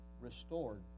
restored